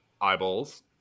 eyeballs